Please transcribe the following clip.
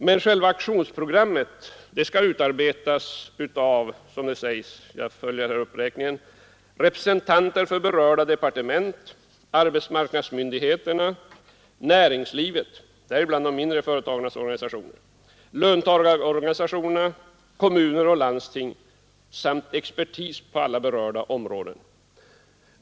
Men själva aktionsprogrammet skall utarbetas av representanter för berörda departement, arbetsmarknadsmyndigheterna, näringslivet, däribland de mindre företagarnas organisationer, löntagarorganisationerna, kommuner och landsting samt expertis på alla berörda områden.